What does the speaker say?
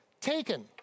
Taken